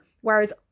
Whereas